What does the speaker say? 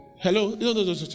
hello